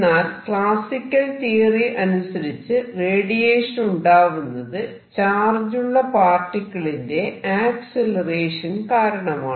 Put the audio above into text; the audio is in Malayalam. എന്നാൽ ക്ലാസിക്കൽ തിയറി അനുസരിച്ച് റേഡിയേഷൻ ഉണ്ടാവുന്നത് ചാർജുള്ള പാർട്ടിക്കിളിന്റെ ആക്സിലറേഷൻ കാരണമാണ്